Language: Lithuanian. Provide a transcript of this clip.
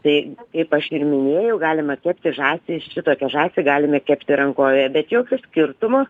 tai kaip aš ir minėjau galima kepti žąsį šitokią žąsį galime kepti rankovėje bet jokio skirtumo